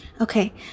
okay